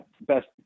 best